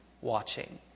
watching